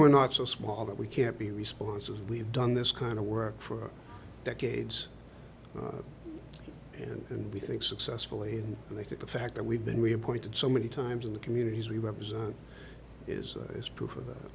we're not so small that we can't be responsible we've done this kind of work for decades and we think successfully and i think the fact that we've been reappointed so many times in the communities we represent is is proof of that